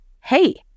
hey